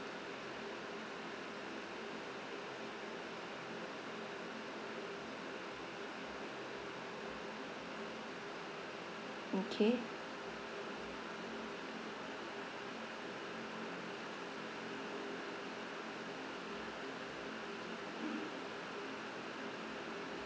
okay